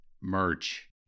merch